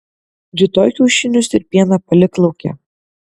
rytoj kiaušinius ir pieną palik lauke